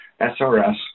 SRS